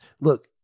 Look